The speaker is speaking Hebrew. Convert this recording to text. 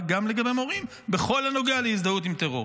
גם לגבי מורים בכל הנוגע להזדהות עם טרור.